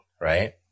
right